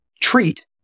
treat